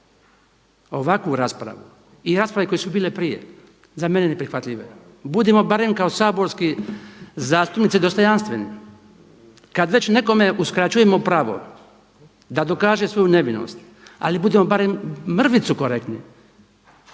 ovakvu raspravu i rasprave koje su bile prije za mene neprihvatljive. Budimo barem kao saborski zastupnici dostojanstveni kad već nekome uskraćujemo pravo da dokaže svoju nevinost, ali budimo barem mrvicu korektni